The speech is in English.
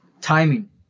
Timing